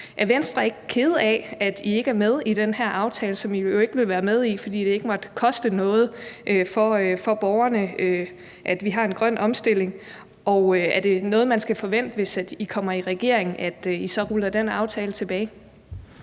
Er Venstre ikke kede af, at I ikke er med i den her aftale, som I jo ikke ville være med i, fordi det ikke måtte koste noget for borgerne, at vi har en grøn omstilling? Og skal man forvente, at I, hvis I kommer i regering, så ruller den aftale tilbage?